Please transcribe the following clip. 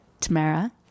tamara